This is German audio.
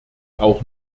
auch